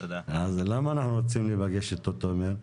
למה אנחנו רוצים להיפגש עם תומר?